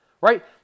right